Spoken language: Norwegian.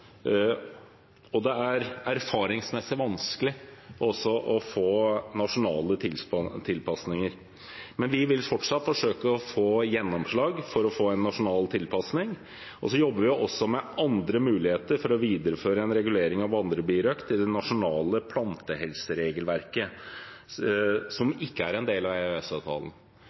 og erfaringsmessig er det vanskelig å få nasjonale tilpasninger. Vi vil fortsatt forsøke å få gjennomslag for en nasjonal tilpasning, og vi jobber også med andre muligheter for å videreføre en regulering av vandrebirøkt i det nasjonale plantehelseregelverket, som ikke er en del av